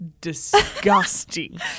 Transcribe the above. disgusting